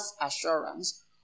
assurance